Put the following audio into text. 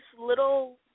little